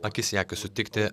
akis į akį sutikti